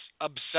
obsessed